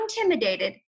intimidated